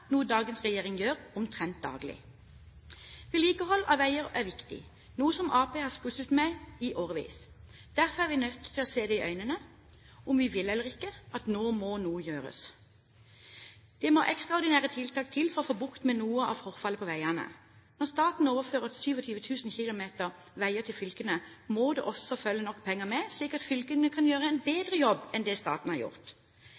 noe dagens regjering gjør omtrent daglig. Vedlikehold av veier er viktig, noe som Arbeiderpartiet har slurvet med i årevis. Derfor er vi nødt til å se i øynene – enten vi vil eller ikke – at nå må noe gjøres. Det må ekstraordinære tiltak til for å få bukt med noe av forfallet på veiene. Når staten overfører 27 000 km veier til fylkene, må det også følge nok penger med, slik at fylkene kan gjøre en